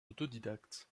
autodidacte